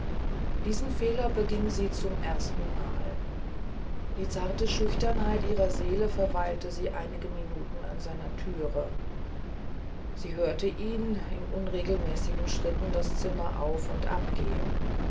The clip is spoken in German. diesen fehler beging sie zum erstenmal die zarte schüchternheit ihrer seele verweilte sie einige minuten an seiner thüre sie hörte ihn in unregelmäßigen schritten das zimmer auf und abgehen